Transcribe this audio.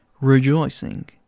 rejoicing